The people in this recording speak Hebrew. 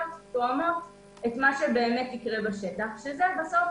תואמות את מה שיקרה בשטח שזה בסוף